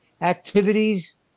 activities